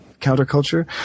counterculture